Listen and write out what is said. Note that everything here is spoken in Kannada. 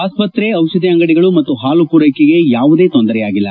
ಆಸ್ತತ್ರೆ ದಿಷಧಿ ಅಂಗಡಿಗಳು ಮತ್ತು ಹಾಲು ಪೂರೈಕೆಗೆ ಯಾವುದೇ ತೊಂದರೆಯಾಗಿಲ್ಲ